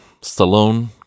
Stallone